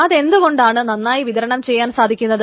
അതെന്തുകൊണ്ടാണ് നന്നായി വിതരണം ചെയ്യാൻ സാധിക്കുന്നത്